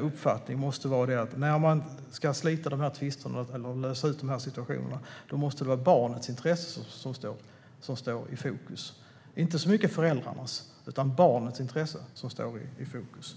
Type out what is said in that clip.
uppfattning måste vara att när man ska lösa de här situationerna måste det vara inte så mycket föräldrarnas utan barnens intresse som står i fokus.